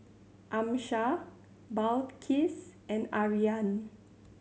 Amsyar Balqis and Aryan